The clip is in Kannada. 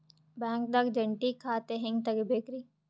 ಬ್ಯಾಂಕ್ದಾಗ ಜಂಟಿ ಖಾತೆ ಹೆಂಗ್ ತಗಿಬೇಕ್ರಿ?